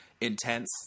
intense